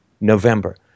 November